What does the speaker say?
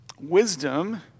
Wisdom